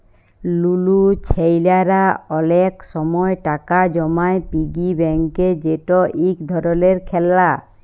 লুলু ছেইলারা অলেক সময় টাকা জমায় পিগি ব্যাংকে যেট ইক ধরলের খেললা